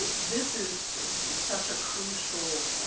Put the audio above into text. ah this is such a crucial,